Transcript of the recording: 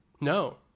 No